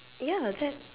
ya that